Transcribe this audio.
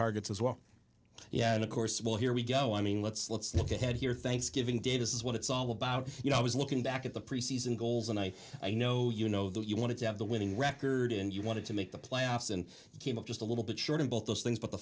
targets as well yeah and of course well here we go i mean let's let's look ahead here thanksgiving day this is what it's all about you know i was looking back at the pre season goals and i i know you know that you wanted to have the winning record and you wanted to make the playoffs and came up just a little bit short of both those things but the